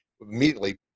immediately